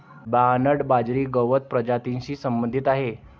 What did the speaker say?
Bernard बाजरी गवत प्रजातीशी संबंधित आहे